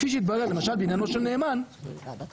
כפי שהתברר למשל בעניינו של נאמן שכתב